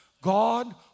God